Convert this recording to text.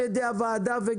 אנחנו